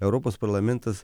europos parlamentas